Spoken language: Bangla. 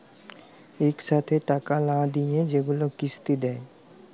ইকসাথে টাকা লা দিঁয়ে যেগুলা কিস্তি দেয়